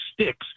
sticks